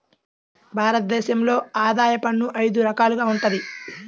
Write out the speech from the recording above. భారత దేశంలో ఆదాయ పన్ను అయిదు రకాలుగా వుంటది